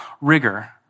rigor